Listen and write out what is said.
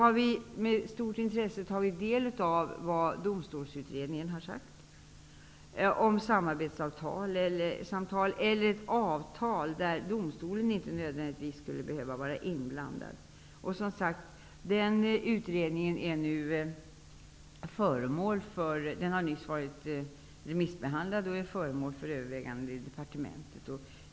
Vi har med stort intresse tagit del av det som Domstolsutredningen har kommit fram till om samarbetsavtal eller avtal utan domstolens inblandning. Denna utredning har nyss remissbehandlats och är nu föremål för övervägande i departementet.